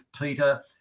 Peter